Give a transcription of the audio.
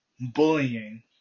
bullying